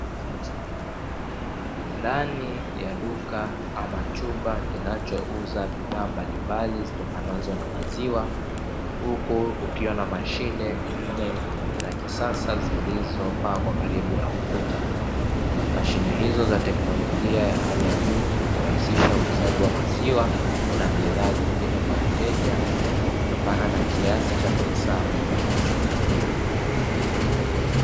Ndani ya duka ama chumba kinachouza bidhaa mbalimbali zitokanazo na maziwa, huku kukiwa na mashine nne za kisasa zilizopangwa karibu na ukuta, mashine hizo za teknolojia ya hali ya juu hurahisisha uuzaji wa maziwa na bidhaa nyingine kwa wateja kutokana na kiasi cha pesa wanacholipia.